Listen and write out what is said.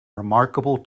remarkable